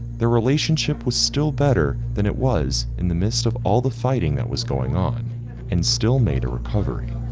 their relationship was still better than it was in the midst of all the fighting that was going on and still made a recovery.